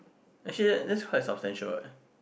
actually this quite substantial eh